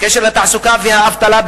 בקשר לתעסוקה והאבטלה,